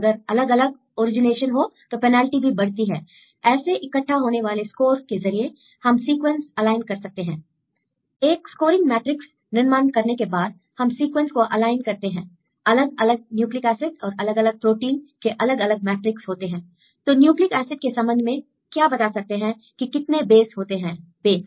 अगर अलग अलग ओरिजिनेशन हो तो पेनल्टी भी बढ़ती है I ऐसे इकट्ठा होने वाले स्कोर के जरिए हम सीक्वेंस अलाइन कर सकते हैंI एक स्कोरिंग मैट्रिक्स निर्माण करने के बाद हम सीक्वेंस को अलाइन करते हैं Iअलग अलग न्यूक्लिक एसिड और अलग अलग प्रोटीन के अलग मैट्रिक्स होते हैंI तो न्यूक्लिक एसिड के संबंध में क्या बता सकते हैं कि कितने बेस होते हैं बेस